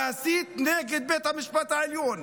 להסית נגד בית המשפט העליון,